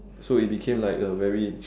so it became like a very